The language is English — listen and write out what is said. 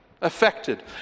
affected